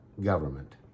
government